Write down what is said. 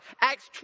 Acts